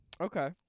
Okay